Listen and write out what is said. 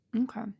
Okay